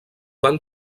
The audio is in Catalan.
van